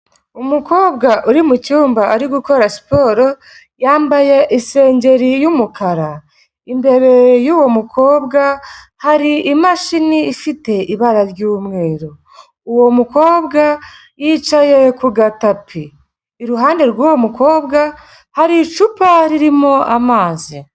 Umukobwa uri mu cyumba ari gukora siporo yambaye isengeri y'umukara, imbere y'uwo mukobwa hari imashini ifite ibara ry'umweru, uwo mukobwa yicaye ku gatapi, iruhande rw'uwo mukobwa hari icupa ririmo amazi.